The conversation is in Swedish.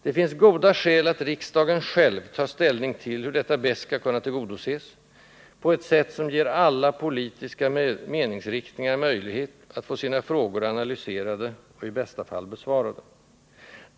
Det finns goda skäl att riksdagen själv tar ställning till hur detta bäst skall kunna tillgodoses, på ett sätt som ger alla politiska meningsriktningar möjlighet att få sina frågor analyserade och — i bästa fall — besvarade.